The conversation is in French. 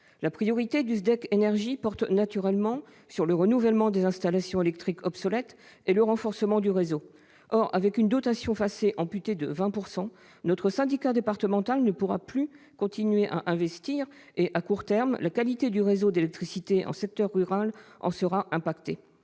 La priorité du SDEC Énergie est naturellement le renouvellement des installations électriques obsolètes et le renforcement du réseau. Or, avec une dotation du FACÉ amputée de 20 %, notre syndicat départemental ne pourra plus continuer à investir et, à court terme, la qualité du réseau d'électricité en secteur rural en sera affectée.